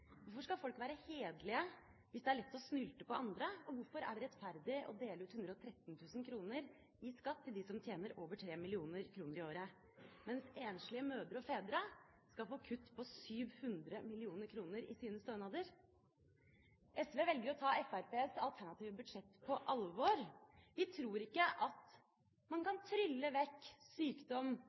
Hvorfor skal folk være hederlige hvis det er lett å snylte på andre, og hvorfor er det rettferdig å dele ut 113 000 kr i skatt til dem som tjener over 3 mill. kr i året, mens enslige mødre og fedre skal få kutt på 700 mill. kr i sine stønader? SV velger å ta Fremskrittspartiets alternative budsjett på alvor. Vi tror ikke at man kan trylle vekk sykdom